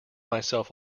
myself